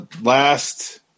last